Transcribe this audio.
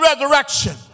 resurrection